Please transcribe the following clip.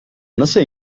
nasıl